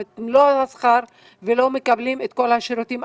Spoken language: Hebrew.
את מלוא השכר ולא מקבלים את כל השירותים.